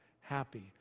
happy